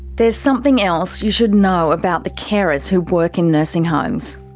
there's something else you should know about the carers who work in nursing homes.